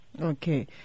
Okay